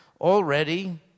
already